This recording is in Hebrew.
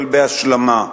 אבל בהשלמה.